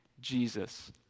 Jesus